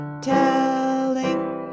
Telling